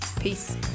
Peace